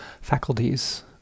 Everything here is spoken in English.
faculties